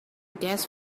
gas